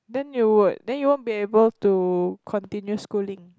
then you would then you won't be able to continue schooling